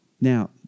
Now